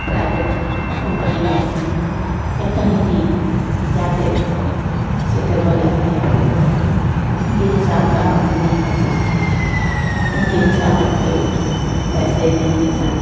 private company में या कहीं भी जा कर सेटल हो जाते हैं फिर भी वहाँ उनके हिसाब का नौकरी नहीं मिलता उनके हिसाब के पैसे नहीं मिलता